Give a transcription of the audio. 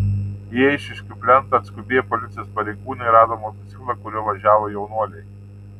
į eišiškių plentą atskubėję policijos pareigūnai rado motociklą kuriuo važiavo jaunuoliai